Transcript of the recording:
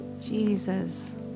Jesus